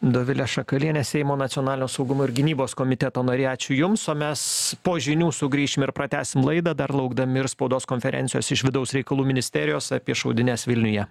dovilė šakalienė seimo nacionalinio saugumo ir gynybos komiteto narė ačiū jums o mes po žinių sugrįšim ir pratęsim laidą dar laukdami ir spaudos konferencijos iš vidaus reikalų ministerijos apie šaudynes vilniuje